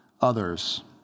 others